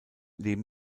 leben